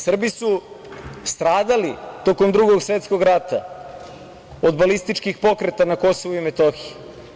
Srbi su stradali tokom Drugog svetskog rata od balističkih pokreta na Kosovu i Metohiji.